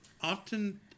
often